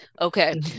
okay